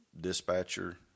dispatcher